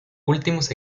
últimos